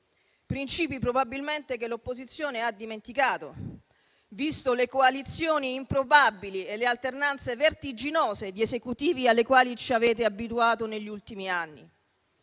principi probabilmente che l'opposizione ha dimenticato, viste le coalizioni improbabili e le alternanze vertiginose di Esecutivi alle quali ci avete abituato negli ultimi anni.